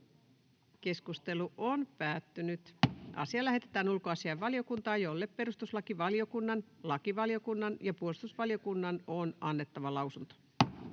ehdottaa, että asia lähetetään ulkoasiainvaliokuntaan, jolle perustuslakivaliokunnan, lakivaliokunnan ja puolustusvaliokunnan on annettava lausunto.